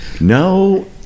No